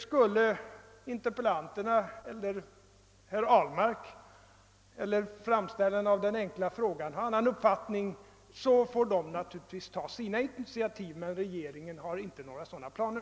Skulle herr Ahlmark, interpellanten och framställaren av den enkla frågan ha en annan uppfattning får de naturligtvis ta sina initiativ, men regeringen har inte några sådana planer.